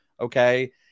okay